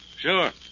Sure